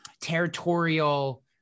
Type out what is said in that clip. territorial